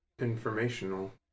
Informational